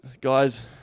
guys